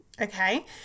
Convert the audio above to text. Okay